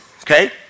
okay